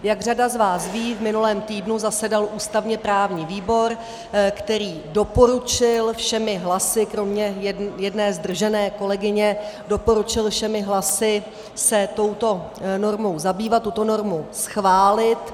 Jak řada z vás ví, v minulém týdnu zasedal ústavněprávní výbor, který doporučil všemi hlasy kromě jedné zdržené kolegyně, doporučil všemi hlasy se touto normou zabývat, tuto normu schválit.